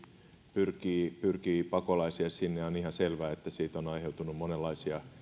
pyrkii pyrkii pakolaisia sinne ja on ihan selvä että siitä on aiheutunut monenlaisia